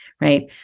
right